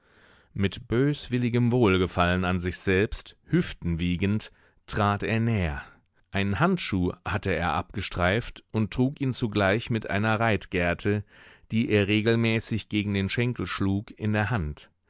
mit böswilligem wohlgefallen an sich selbst hüftenwiegend trat er näher einen handschuh hatte er abgestreift und trug ihn zugleich mit einer reitgerte die er regelmäßig gegen den schenkel schlug in der hand